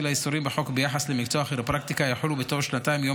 האיסורים בחוק ביחס למקצוע הכירופרקטיקה יחול בתום שנתיים מיום